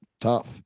tough